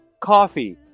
Coffee